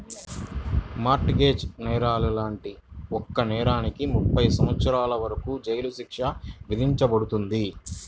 mart gauge నేరాలు లాంటి ఒక్కో నేరానికి ముప్పై సంవత్సరాల వరకు జైలు శిక్ష విధించబడుతుంది